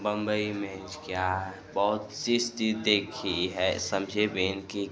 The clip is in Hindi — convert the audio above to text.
बंबई में क्या है बहुत सेस चीज देखी है समझे बिना कि